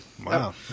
Wow